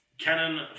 Canon